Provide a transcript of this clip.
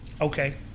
Okay